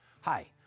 Hi